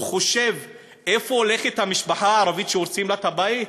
הוא חושב לאן הולכת המשפחה הערבית שהורסים לה את הבית?